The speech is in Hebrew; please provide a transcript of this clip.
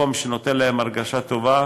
מקום שנותן להם הרגשה טובה.